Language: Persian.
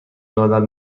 دادن